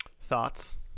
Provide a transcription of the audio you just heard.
Thoughts